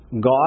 God